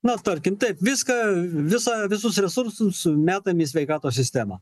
na tarkim taip viską visą visus resursus metam į sveikatos sistemą